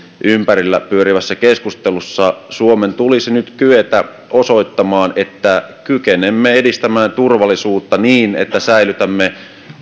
ympärillä pyörivässä keskustelussa suomen tulisi nyt kyetä osoittamaan että kykenemme edistämään turvallisuutta niin että säilytämme